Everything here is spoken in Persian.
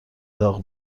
داغ